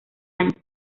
año